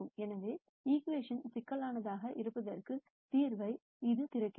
எனவே இந்த ஈகிவேஷன் சிக்கலானதாக இருப்பதற்கான தீர்வை இது திறக்கிறது